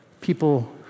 people